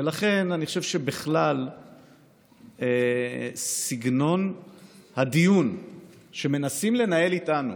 ולכן אני חושב שבכלל סגנון הדיון שמנסים לנהל איתנו